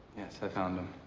yes, i found him.